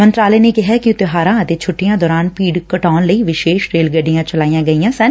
ਮੰਤਰਾਲੇ ਨੇ ਕਿਹੈ ਕਿ ਤਿਉਹਾਰਾਂ ਅਤੇ ਛੁੱਟੀਆਂ ਦੌਰਾਨ ਭੀੜ ਘਟਾਉਣ ਲਈ ਵਿਸ਼ੇਸ਼ ਰੇਲ ਗੱਡੀਆਂ ਚਲਾਈਆਂ ਗਈਆਂ ਸਨ